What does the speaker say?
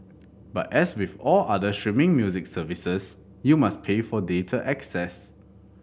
but as with all other streaming music services you must pay for data access